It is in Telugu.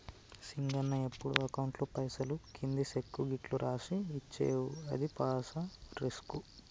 సింగన్న ఎప్పుడు అకౌంట్లో పైసలు కింది సెక్కు గిట్లు రాసి ఇచ్చేవు అది సాన రిస్కు